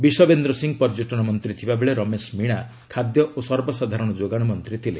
ବିଶବେନ୍ଦ୍ର ସିଂହ ପର୍ଯ୍ୟଟନ ମନ୍ତ୍ରୀ ଥିବା ବେଳେ ରମେଶ ମିଣା ଖାଦ୍ୟ ଓ ସର୍ବସାଧାରଣ ଯୋଗାଣ ମନ୍ତ୍ରୀ ଥିଲେ